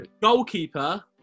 goalkeeper